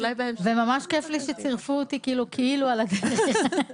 ממש כיף לי שצירפו אותי כאילו על הדרך.